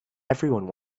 everyone